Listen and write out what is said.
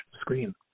screen